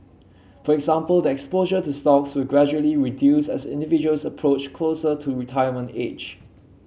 for example the exposure to stocks will gradually reduce as individuals approach closer to retirement age